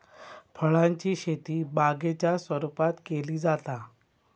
फळांची शेती बागेच्या स्वरुपात केली जाता